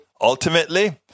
Ultimately